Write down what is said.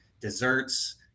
desserts